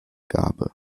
gabe